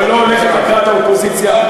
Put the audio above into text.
ולא הולכת לקראת האופוזיציה.